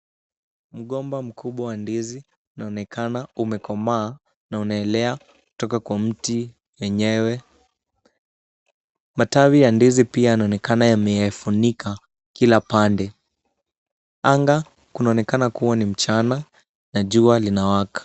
Mgomba mkubwa wa ndizi unaonekana umekomaa na unaelea kutoka kwa mti enyewe. Matawi ya ndizi pia yanaonekana yameyafunika kila pande. Anga kunaonekana kuwa ni mchana na jua linawaka.